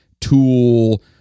Tool